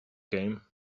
came